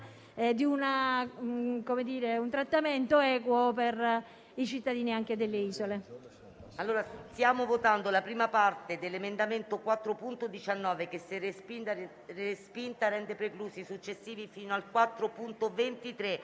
di un trattamento equo per i cittadini delle isole.